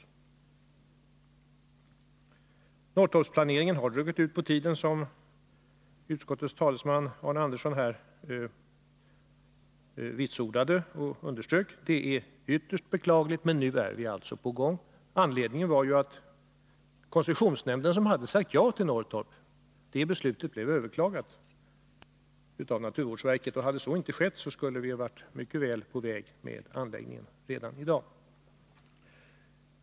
Planeringen av Norrtorpsanläggningen har dragit ut på tiden, vilket utskottets talesman Arne Andersson i Ljung här underströk. Det är ytterst beklagligt, men nu är anläggningen på gång. Anledningen till förseningen var juatt beslutet i koncessionsnämnden, som sade ja till Norrtorp, överklagades av naturvårdsverket. Om så inte hade skett, skulle vi redan i dag ha varit på mycket god väg med uppförandet av anläggningen.